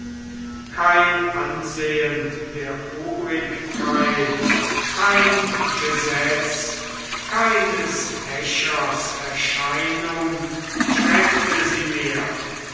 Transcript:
kein ansehen der obrigkeit kein gesetz keines häschers erscheinung schreckte sie mehr